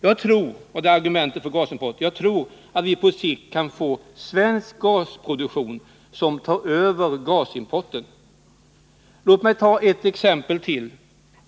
Jag tror att vi på sikt kan få en svensk gasproduktion som tar över gasimporten. Låt mig ta ett exempel till.